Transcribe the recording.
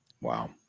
Wow